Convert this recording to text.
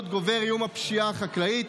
הקראה